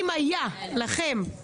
הוא אמר לי: זה יעשה לך טוב בציבור.